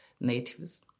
Natives